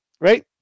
right